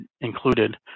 included